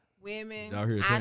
Women